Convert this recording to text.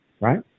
Right